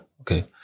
Okay